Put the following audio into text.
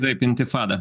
taip intifada